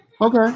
Okay